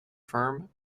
firm